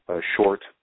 short